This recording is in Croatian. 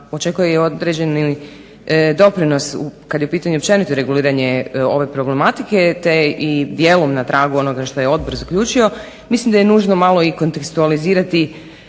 očekuje određeni doprinos kada je u pitanju općenito reguliranje ove problematike, te i dijelom na tragu onoga što je Odbor zaključio, mislim da je nužno malo kontekstualizirati